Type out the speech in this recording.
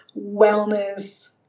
wellness